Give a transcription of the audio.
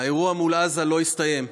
האירוע מול עזה לא הסתיים.